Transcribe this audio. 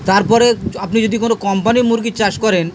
তারপরে আপনি যদি কোনো কোম্পানির মুরগি চাষ করেন